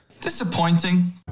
Disappointing